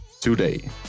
Today